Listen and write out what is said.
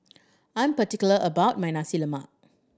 I'm particular about my Nasi Lemak